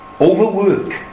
overwork